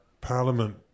Parliament